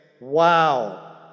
wow